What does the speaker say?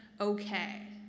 okay